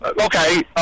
Okay